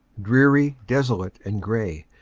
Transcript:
dreary, desolate and gray,